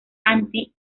anti